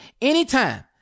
anytime